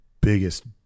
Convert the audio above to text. biggest